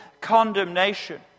condemnation